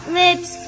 lips